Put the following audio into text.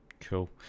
Cool